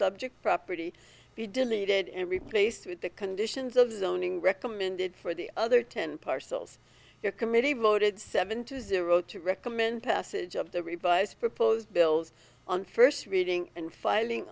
subject property be deleted and replaced with the conditions of the owning recommended for the other ten parcels your committee voted seven to zero to recommend passage of the revised proposed bills on first reading and fi